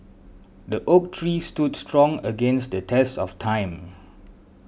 the oak tree stood strong against the test of time